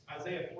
Isaiah